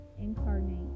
incarnate